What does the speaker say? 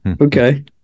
okay